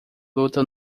lutam